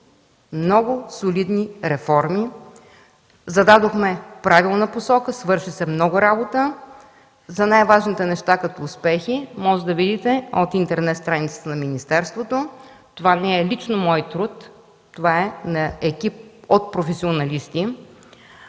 много солидни реформи, зададохме правилна посока, свърши се много работа! За най-важните неща като успехи можете да видите на интернет страницата на министерството. Това не е лично мой труд. Това е екип от професионалисти.